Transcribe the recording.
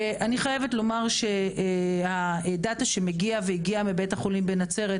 אני חייבת לומר שהדאטה שהגיע מבית החולים בנצרת,